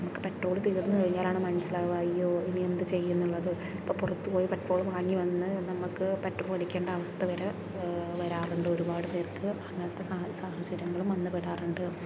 നമ്മൾക്ക് പെട്രോൾ തീർന്നു കഴിഞ്ഞാലാണ് മനസ്സിലാവുക അയ്യോ ഇനിയെന്തു ചെയ്യും എന്നുള്ളത് അപ്പോൾ പുറത്തുപോയി പെട്രോൾ വാങ്ങിവന്ന് നമ്മൾക്ക് പെട്രോളടിക്കേണ്ട അവസ്ഥ വരെ വരാറുണ്ട് ഒരുപാടു പേർക്ക് അങ്ങനത്തെ സാഹചര്യങ്ങളും വന്നു പെടാറുണ്ട്